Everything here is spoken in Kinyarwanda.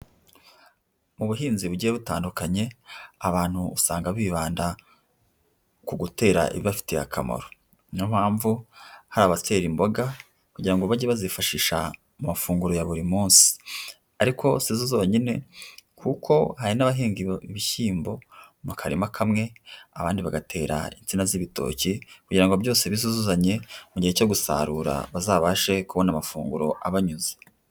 Mu buhinzi bugiye butandukanye abantu usanga bibanda ku gutera ibi ibafitiye akamaro. Niyo mpamvu hari abatera imboga kugira ngo bajye bazifashisha mu mafunguro ya buri munsi. Ariko si zo zonyine kuko hari n'abahinga ibishyimbo mu karima kamwe abandi bagatera insina z'ibitoki kugira ngo byose bizuzanye, mu gihe cyo gusarura bazabashe kubona amafunguro abanyuze.